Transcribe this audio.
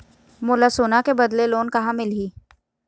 मोला सोना के बदले लोन कहां मिलही?